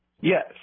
Yes